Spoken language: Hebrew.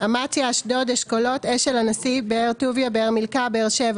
אמציה אשדוד אשכולות אשל הנשיא באר טוביה באר מילכה באר שבע